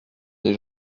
des